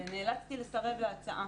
ונאלצתי לסרב להצעה,